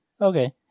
Okay